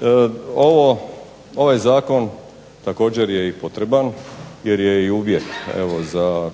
Naime, ovaj zakon također je potreban jer je uvjet za